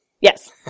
Yes